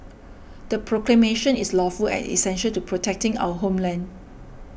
the proclamation is lawful and essential to protecting our homeland